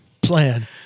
plan